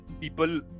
people